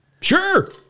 sure